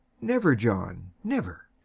never, john never!